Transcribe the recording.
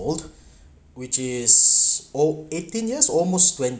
which is al~ eighteen years almost twenty